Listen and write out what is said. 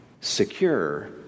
secure